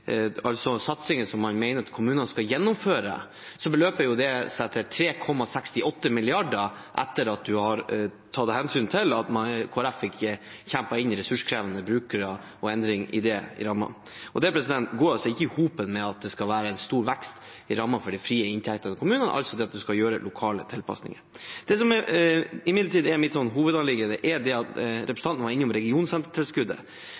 altså satsinger man mener at kommunene skal gjennomføre, beløper det seg til 3,68 mrd. kr etter at man har tatt hensyn til at Kristelig Folkeparti fikk kjempet inn ressurskrevende brukere og endringer i rammen. Det går ikke i hop med at det skal være en stor vekst i rammen for de frie inntektene til kommunene, altså at man skal gjøre lokale tilpasninger. Det som imidlertid er mitt hovedanliggende, er at representanten var innom regionsentertilskuddet. Jeg lurer på hvordan representanten kan forsvare at